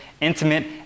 intimate